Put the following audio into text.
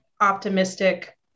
optimistic